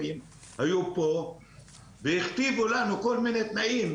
הם היו פה והכתיבו לנו כל מיני תנאים,